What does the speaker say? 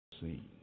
seen